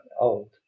old